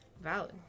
valid